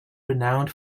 renowned